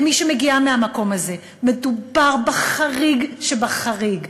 כמי שמגיעה מהמקום הזה: מדובר בחריג שבחריג.